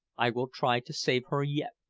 i will try to save her yet.